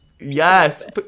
Yes